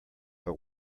but